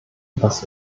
was